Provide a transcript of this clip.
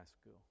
school